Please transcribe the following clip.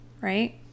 right